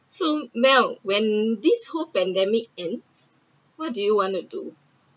so mel when this whole pandemic ends what do you want to do